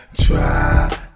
try